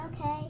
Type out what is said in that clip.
okay